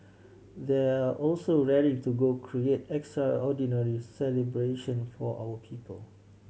they are also raring to go create extraordinary celebration for our people